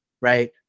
right